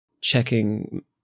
checking